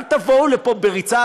אל תבואו לפה בריצה.